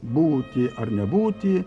būti ar nebūti